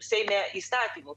seime įstatymu